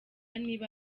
niba